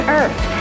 earth